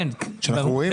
שאנחנו רואים.